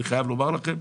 אני חייב לומר לכם,